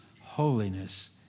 holiness